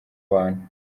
bantu